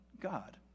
God